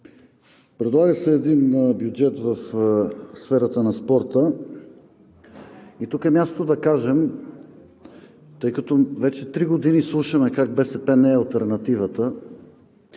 Предлага се един бюджет в сферата на спорта и тук е мястото да кажем, тъй като вече три години слушаме как БСП не е алтернативата